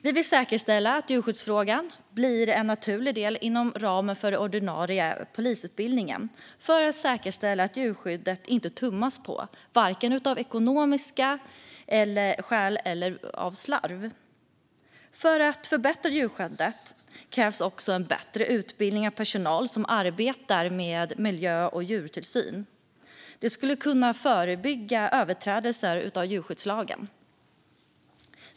Vi vill dessutom säkerställa att djurskyddsfrågan blir en naturlig del inom ramen för den ordinarie polisutbildningen för att säkerställa att djurskyddet inte tummas på av ekonomiska skäl eller på grund av slarv. För att förbättra djurskyddet krävs också en bättre utbildning av personal som arbetar med miljö och djurtillsyn. Det skulle kunna förebygga överträdelser av djurskyddslagen.